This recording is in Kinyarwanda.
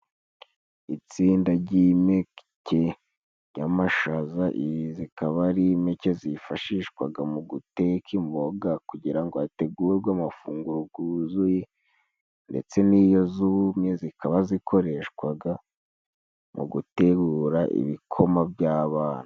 Itsinda ry'impeke ry'amashaza, zikaba ari impeke zifashishwaga mu guteka imboga kugira ngo hategurwe amafunguro guzuye, ndetse n'iyo zumye zikaba zikoreshwaga mu gutegura ibikoma by'abana.